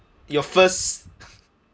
your first